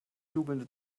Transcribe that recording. jubelnde